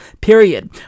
period